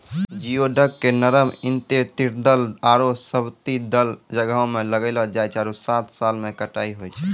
geoduck के नरम intertidal आरो सब्तिदल जग्हो में लगैलो जाय छै आरो सात साल में कटाई होय छै